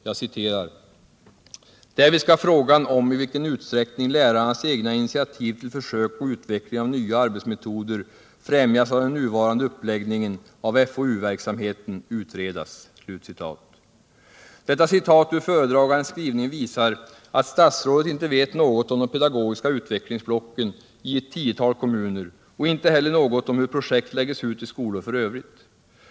Jo, statsrådet framhåller att frågan om i vilken utsträckning lärarnas egna initiativ till försök och utveckling av nya arbetsmetoder främjas av den nuvarande uppläggningen av FoU-verksamheten skall utredas. Detta visar att statsrådet inte vet något om de pedagogiska utvecklingsblocken i ett tiotal kommuner och inte heller något om hur projekt läggs ut i skolor f. ö.